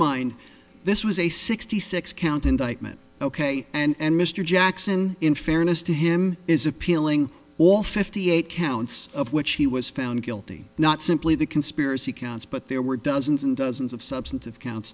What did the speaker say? mind this was a sixty six count indictment ok and mr jackson in fairness to him is appealing all fifty eight counts of which he was found guilty not simply the conspiracy counts but there were dozens and dozens of substantive counts